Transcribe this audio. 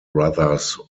brothers